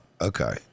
okay